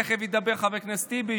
תכף ידבר חבר הכנסת טיבי,